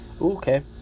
Okay